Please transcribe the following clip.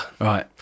Right